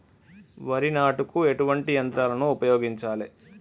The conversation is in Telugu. వరి నాటుకు ఎటువంటి యంత్రాలను ఉపయోగించాలే?